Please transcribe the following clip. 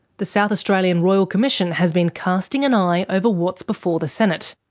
the south australian royal commission has been casting an eye over what's before the senate.